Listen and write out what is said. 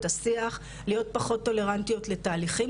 השיח להיות פחות טולרנטיות לתהליכים,